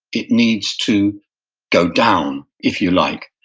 it needs to go down, if you like,